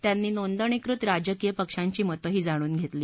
त्यांनी नोंदणीकृत राजकीय पक्षांची मतंही जाणून घेतली